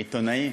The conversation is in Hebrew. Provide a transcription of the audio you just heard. עיתונאים,